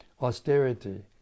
austerity